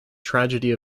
tragedy